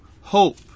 hope